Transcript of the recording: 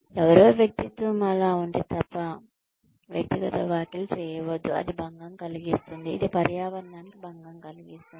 ఎవరో వ్యక్తిత్వం అలా ఉంటే తప్ప వ్యక్తిగత వ్యాఖ్యలు చేయవద్దు అది భంగం కలిగిస్తుంది ఇది పర్యావరణానికి భంగం కలిగిస్తుంది